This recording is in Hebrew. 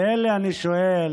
את אלה אני שואל,